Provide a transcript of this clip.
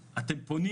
המשפחה.